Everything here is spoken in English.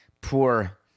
poor